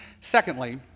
Secondly